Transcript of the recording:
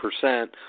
percent